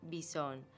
Bison